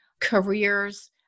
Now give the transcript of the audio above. careers